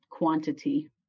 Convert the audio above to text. quantity